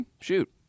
shoot